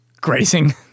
grazing